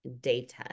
data